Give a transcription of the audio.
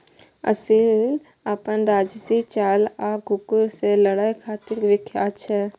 असील अपन राजशी चाल आ कुकुर सं लड़ै खातिर विख्यात छै